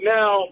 now